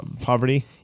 poverty